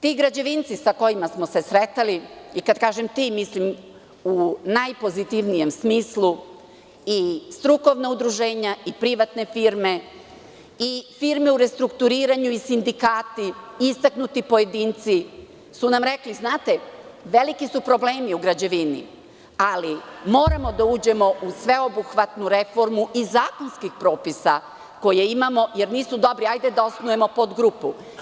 Ti građevinci sa kojima smo se sretali, i kad kažem „ti“ mislim, u najpozitivnijem smislu, i strukovna udruženja i privatne firme i firme u restrukturiranju i sindikati i istaknuti pojedinci su nam rekli – znate, veliki su problemi u građevini, ali moramo da uđemo u sveobuhvatnu reformu i zakonskih propisa koje imamo jer nisu dobri, hajde da osnujemo podgrupu.